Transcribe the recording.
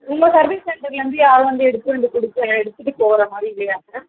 உங்கள் சர்வீஸ் சென்டர்லேருந்து யாரும் வந்து எடுத்துட்டு கொண்டு கொடுக்க எடுத்துட்டு போகிற மாதிரி இல்லையா சார்